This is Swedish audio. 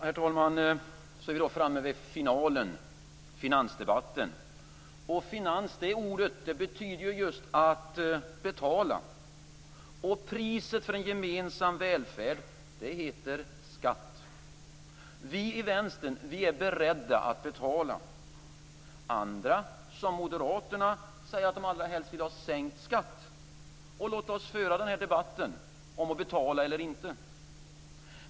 Herr talman! Så är vi då framme vid finalen - finansdebatten. Ordet finans handlar om att betala. Priset för en gemensam välfärd heter skatt. Vi i Vänstern är beredda att betala. Andra, som Moderaterna, säger att de allra helst vill ha sänkt skatt, så låt oss föra debatten om att betala eller inte betala.